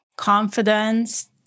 confidence